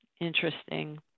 Interesting